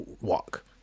walk